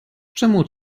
czemu